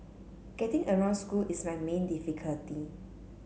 getting around school is my main difficulty